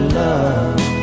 love